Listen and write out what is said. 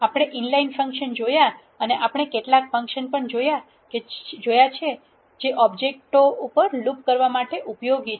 આપણે inline function જોયા અને આપણે કેટલાક ફંકશન પણ જોયા છે જે ઓબ્જેક્ટો ઉપર લૂપ કરવા માટે ઉપયોગી છે